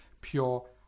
pure